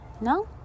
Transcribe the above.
no